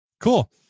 Cool